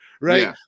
Right